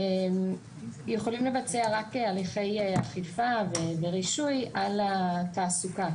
יכולים לבצע רק הליכי אכיפה ורישוי על התעסוקה.